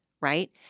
right